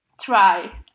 try